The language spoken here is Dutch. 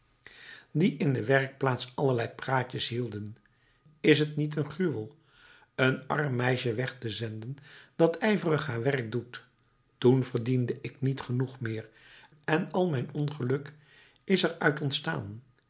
die in de werkplaats allerlei praatjes hielden is t niet een gruwel een arm meisje weg te zenden dat ijverig haar werk doet toen verdiende ik niet genoeg meer en al mijn ongeluk is er uit ontstaan